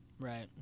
Right